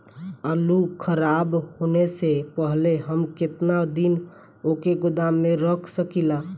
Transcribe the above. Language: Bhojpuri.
आलूखराब होने से पहले हम केतना दिन वोके गोदाम में रख सकिला?